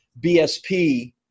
bsp